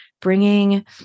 bringing